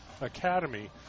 Academy